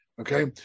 Okay